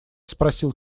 спросил